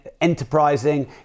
enterprising